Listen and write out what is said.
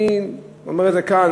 אני אומר את זה כאן,